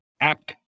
act